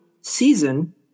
season